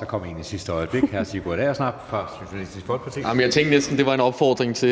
Der kom en i sidste øjeblik. Hr. Sigurd Agersnap fra Socialistisk Folkeparti. Kl. 15:35 Sigurd Agersnap (SF): Jeg tænkte næsten, at det var en opfordring til